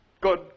Good